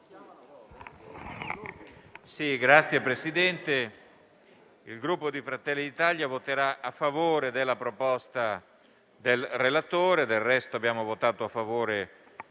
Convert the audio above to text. il Gruppo Fratelli d'Italia voterà a favore della proposta del relatore,